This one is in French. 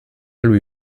lui